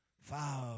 five